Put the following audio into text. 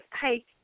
hey